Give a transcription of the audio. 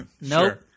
Nope